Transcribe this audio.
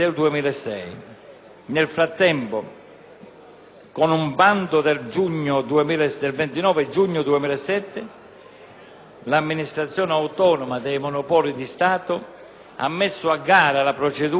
con un bando del 29 giugno 2007, l'Amministrazione autonoma dei monopoli di Stato (AAMS) ha messo a gara la procedura di selezione per l'affidamento in concessione